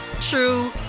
true